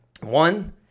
One